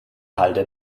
halde